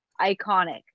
iconic